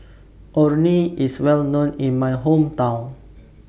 Orh Nee IS Well known in My Hometown